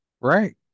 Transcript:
Right